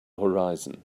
horizon